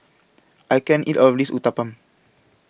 I can't eat All of This Uthapam